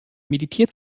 meditiert